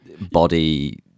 body